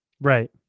Right